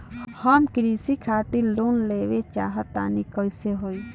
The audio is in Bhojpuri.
हम कृषि खातिर लोन लेवल चाहऽ तनि कइसे होई?